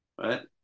Right